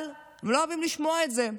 אבל הם לא אוהבים לשמוע את זה.